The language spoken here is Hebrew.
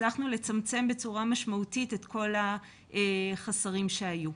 הצלחנו לצמצם בצורה משמעותית את כל החסרים שהיו.